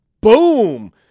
boom